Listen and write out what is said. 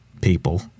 people